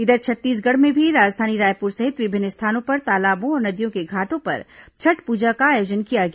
इधर छत्तीसगढ़ में भी राजधानी रायपुर सहित विभिन्न स्थानों पर तालाबों और नदियों के घाटों पर छठ पूजा का आयोजन किया गया